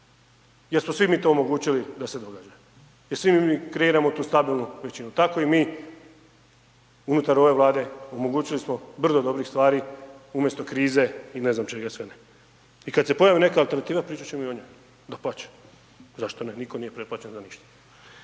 jer smo svi mi to omogućili da se događa, jer svi mi kreiramo tu stabilnu većinu tako i mi unutar ove Vlade omogućili smo brdo dobrih stvari umjesto krize i ne znam čega sve ne. I kad se pojavi neka alternativa pričat ćemo i o njoj, dapače zašto ne, nitko nije pretplaćen na ništa.